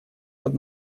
под